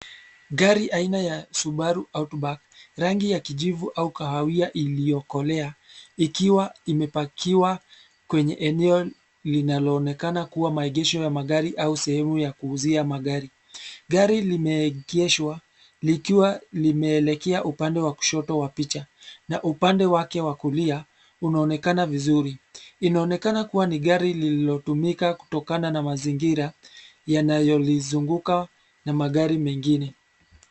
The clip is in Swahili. Gari aina ya Subaru Outback rangi ya kijivu au kahawia iliyokolea ikiwa imepakiwa kwenye eneo linaloonekana kua maegesho ya magari au sehemu ya kuuzia magari. Gari limeegeshwa likiwa limeelekea upande wa kushoto wa picha, na upande wake wa kulia unaonekana vizuri. Inaonekana kua ni gari lililotumika kutokana na mazingira yanayo lizunguka na magari mengine.